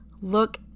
Look